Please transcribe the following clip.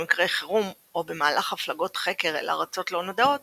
במקרי חירום או במהלך הפלגות חקר אל ארצות לא נודעות